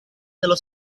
dello